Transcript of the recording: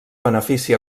benefici